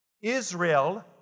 Israel